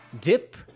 Dip